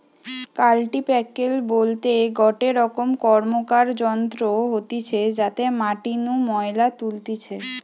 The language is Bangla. কাল্টিপ্যাকের বলতে গটে রকম র্কমকার যন্ত্র হতিছে যাতে মাটি নু ময়লা তুলতিছে